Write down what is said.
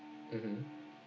mmhmm